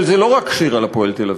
אבל זה לא רק שיר על "הפועל תל-אביב".